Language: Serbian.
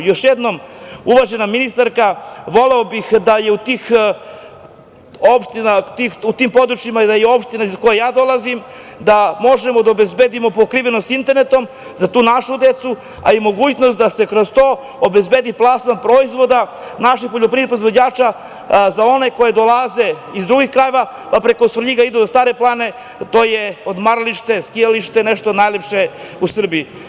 Još jednom uvažena ministarka voleo bih da je u tim područjima i opštinama iz koje ja dolazim da možemo da obezbedimo pokrivenost sa internetom za tu našu decu, a i mogućnost da se kroz to obezbedi plasman proizvoda naših poljoprivrednih proizvođača za one koji dolaze iz drugih krajeva, pa preko Svrljiga idu do Stare planine, to je odmaralište, skijalište, nešto najlepše u Srbiji.